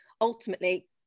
ultimately